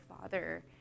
father